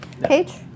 Page